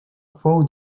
fou